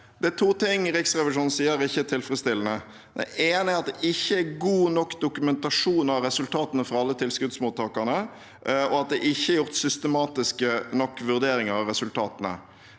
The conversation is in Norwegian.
Det er to ting Riksrevisjonen sier ikke er tilfredsstillende. Det ene er at det ikke er god nok dokumentasjon av resultatene fra alle tilskuddsmottakerne, og at det ikke er gjort systematiske nok vurderinger av resultatene.